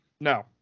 No